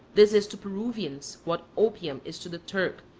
this is to peruvians what opium is to the turk,